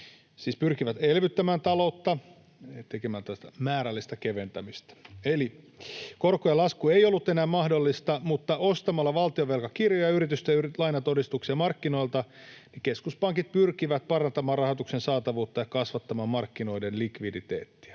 pyrkivät elvyttämään taloutta tekemällä tällaista määrällistä keventämistä. Eli korkojen lasku ei ollut enää mahdollista, mutta ostamalla valtionvelkakirjoja ja yritysten lainatodistuksia markkinoilta keskuspankit pyrkivät parantamaan rahoituksen saatavuutta ja kasvattamaan markkinoiden likviditeettiä.